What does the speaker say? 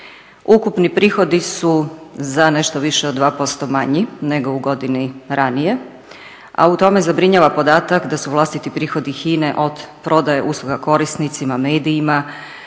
Ukupni prihodi su za nešto više od 2% manji nego u godini ranije, a u tome zabrinjava podatak da su vlastiti prihodi HINA-e od prodaje usluga korisnicima, medijima,